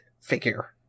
figure